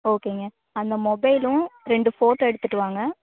ஓகேங்க அந்த மொபைலும் ரெண்டு ஃபோட்டோ எடுத்துகிட்டு வாங்க